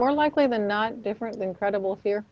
more likely than not different than credible fear